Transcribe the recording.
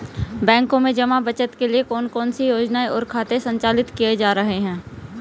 बैंकों में जमा बचत के लिए कौन कौन सी योजनाएं और खाते संचालित किए जा रहे हैं?